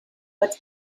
but